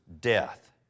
death